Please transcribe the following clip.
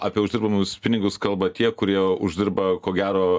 apie uždirbamus pinigus kalba tie kurie uždirba ko gero